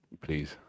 please